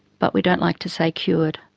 but we don't like to say cured.